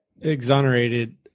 exonerated